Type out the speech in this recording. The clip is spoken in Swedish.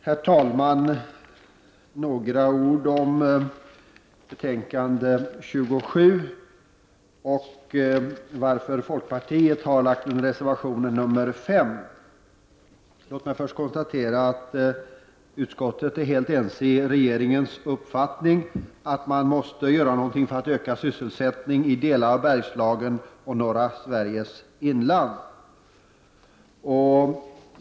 Herr talman! Jag vill säga några ord om betänkande nr 27 och om varför 55 folkpartiet har avgett reservation nr 5. Låt mig först konstatera att utskottet är helt ense med regeringen om att man måste göra någonting för att öka sysselsättningen i delar av Bergslagen och norra Sveriges inland.